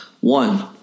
One